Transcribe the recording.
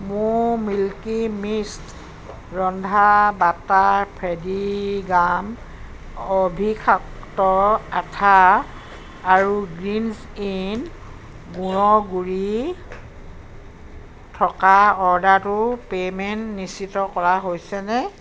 মোৰ Milky Mist ৰন্ধা butter Fevigum অবিষাক্ত আঠা আৰু গ্ৰীণ্জ ইন গুড়ৰ গুড়ি থকা অৰ্ডাৰটোৰ পে'মেণ্ট নিশ্চিত কৰা হৈছেনে